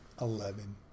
eleven